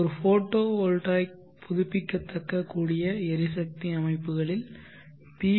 ஒரு photovoltaic புதுப்பிக்கத்தக்க கூடிய எரிசக்தி அமைப்புகளில் பி